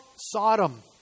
Sodom